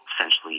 Essentially